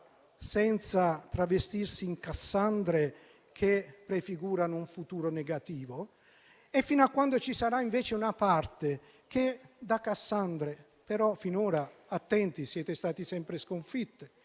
senza travestirsi in Cassandra che prefigura un futuro negativo, e fino a quando ci sarà anche una parte che da Cassandra - però attenti, perché finora siete stati sempre sconfitti